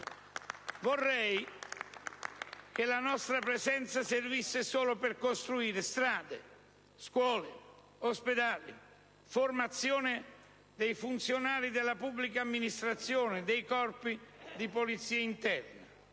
Vorrei che la nostra presenza servisse solo per costruire strade, scuole, ospedali, e per la formazione dei funzionari della pubblica amministrazione e dei corpi di polizia interna.